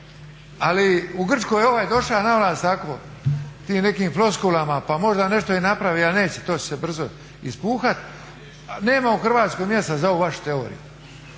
Ali u Grčkoj je ovaj došao na vlast tako tim nekim floskulama pa možda i nešto napravi, a neće, to će se brzo ispuhati, nema u Hrvatskoj mjesta za ovu vašu teoriju.